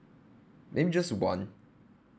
maybe just one